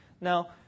Now